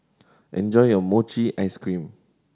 enjoy your mochi ice cream